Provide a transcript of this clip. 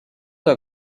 are